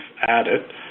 added